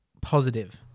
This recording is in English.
positive